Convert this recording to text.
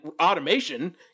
automation